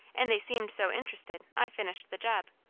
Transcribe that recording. and they seemed so interested i finished the job.